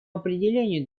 определению